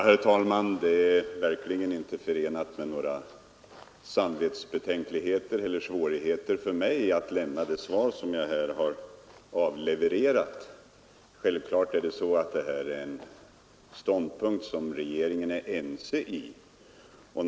Herr talman! Det har verkligen inte varit förenat med några samvetsbetänkligheter eller svårigheter för mig att lämna det svar som herr Hansson i Skegrie här erhållit. Självfallet är svaret en redovisning av en ståndpunkt om vilken regeringen är helt ense.